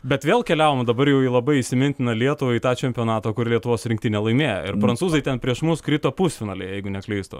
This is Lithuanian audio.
bet vėl keliavom dabar jau į labai įsimintiną lietuvai į tą čempionatą kur lietuvos rinktinė laimėjo ir prancūzai ten prieš mus krito pusfinalyje jeigu neklystu